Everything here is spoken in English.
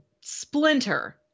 splinter